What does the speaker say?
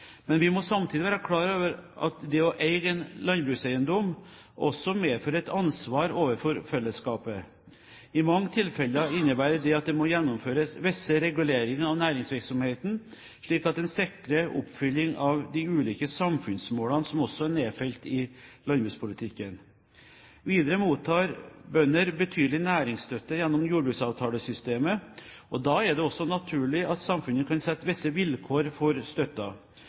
Men vi må samtidig være klar over at det å eie en landbrukseiendom også medfører et ansvar overfor fellesskapet. I mange tilfeller innebærer det at det må gjennomføres visse reguleringer av næringsvirksomheten, slik at en sikrer oppfylling av de ulike samfunnsmålene som også er nedfelt i landbrukspolitikken. Videre mottar bøndene betydelig næringsstøtte gjennom jordbruksavtalesystemet, og da er det naturlig at samfunnet kan sette visse vilkår for